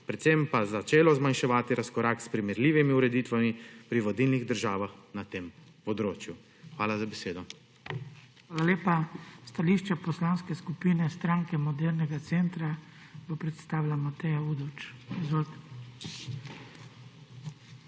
predvsem pa začelo zmanjševati razkorak s primerljivimi ureditvami pri vodilnih državah na tem področju. Hvala za besedo. PODPREDSEDNIK BRANKO SIMONOVIČ: Hvala lepa. Stališče Poslanske skupine Stranke modernega centra bo predstavila Mateja Udovč Izvolite.